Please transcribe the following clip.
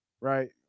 right